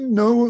no